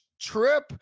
trip